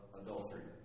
adultery